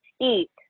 eat